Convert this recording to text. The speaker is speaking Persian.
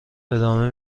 ادامه